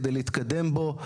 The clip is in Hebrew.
כדי להתקדם בו,